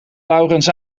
laurens